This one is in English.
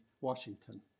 Washington